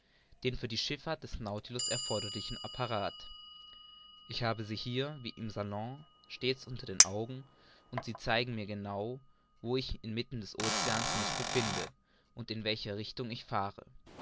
den für die schifffahrt des nautilus erforderlichen apparat ich habe sie hier wie im salon stets unter den augen und sie zeigen mir genau wo ich inmitten des oceans mich befinde und in welcher richtung ich fahre